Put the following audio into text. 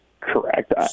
Correct